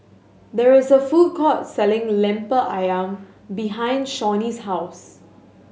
there is a food court selling Lemper Ayam behind Shawnee's house